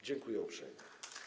Dziękuję uprzejmie.